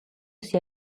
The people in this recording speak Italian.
sia